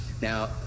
Now